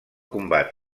combat